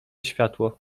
światło